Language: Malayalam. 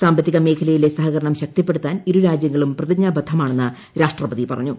സാമ്പത്തിക മേഖലയിലെ സഹകരണം ശക്തിപ്പെടുത്താൻ ഇരുരാജ്യങ്ങളും പ്രിതിജ്ഞാബദ്ധമാണെന്ന് രാഷ്ട്രപതി പറഞ്ഞു